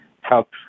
help